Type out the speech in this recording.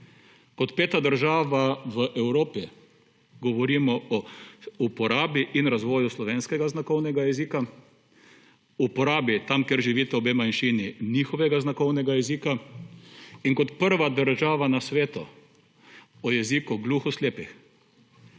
Kot peta država v Evropi govorimo o uporabi in razvoju slovenskega znakovnega jezika, uporabi, tam kjer živita obe manjšini, njihovega znakovnega jezika in kot prva država na svetu o jeziku gluho-slepih.